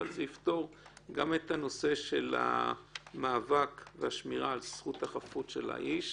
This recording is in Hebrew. אבל זה יפתור גם את הנושא של המאבק והשמירה על זכות החפות של אדם,